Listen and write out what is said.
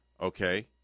okay